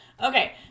Okay